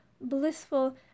blissful